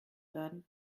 werden